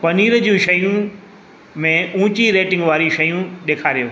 पनीर जूं शयूं में ऊची रेटिंग वारियूं शयूं ॾेखारियो